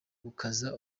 gukaza